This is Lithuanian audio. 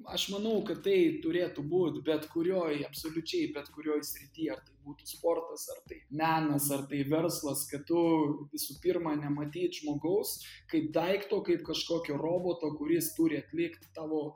aš manau kad tai turėtų būt bet kurioj absoliučiai bet kurioj srity ar tai būtų sportas ar tai menas ar tai verslas kad tu visų pirma nematyt žmogaus kaip daikto kaip kažkokio roboto kuris turi atlikt tavo